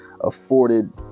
afforded